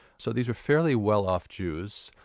so these were fairly well off jews,